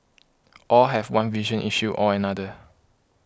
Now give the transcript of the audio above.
all have one vision issue or another